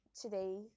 Today